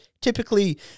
typically